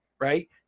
right